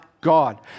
God